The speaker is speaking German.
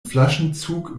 flaschenzug